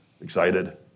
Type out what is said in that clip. excited